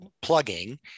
plugging